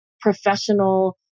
professional